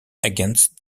against